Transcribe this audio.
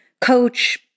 coach